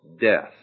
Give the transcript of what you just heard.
death